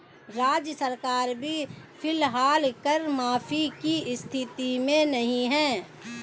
राज्य सरकार भी फिलहाल कर माफी की स्थिति में नहीं है